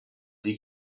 die